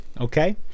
Okay